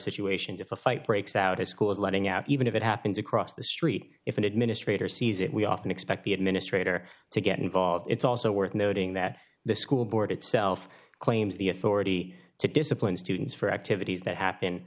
situations if a fight breaks out in schools letting out even if it happens across the street if an administrator sees it we often expect the administrator to get involved it's also worth noting that the school board itself claims the authority to discipline students for activities that happen